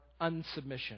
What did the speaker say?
unsubmission